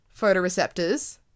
photoreceptors